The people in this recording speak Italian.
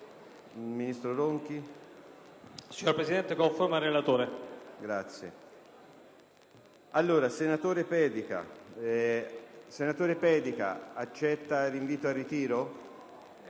Senatore Pedica, accetta l'invito al ritiro